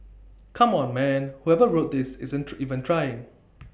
come on man whoever wrote this isn't true even trying